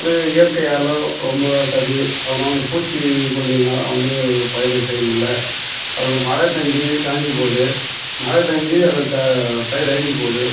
அது இயற்கையாலோ ரொம்ப சதி அப்புறம் வந்து பூச்சி கொல்லியினாலும் வந்து பயிர் செய்ய முடியல அப்புறம் இந்த மழை பேஞ்சு காஞ்சு போகுது மழை பேஞ்சு அதாவது தா பயிர் அழிஞ்சு போகுது